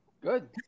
good